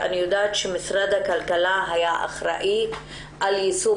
אני יודעת שמשרד הכלכלה היה אחראי על יישום